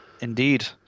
Indeed